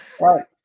Right